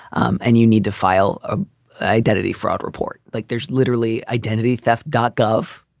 and you need to file ah identity fraud report like there's literally identity theft. dot gov,